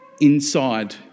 inside